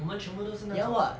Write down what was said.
我们全部都是那种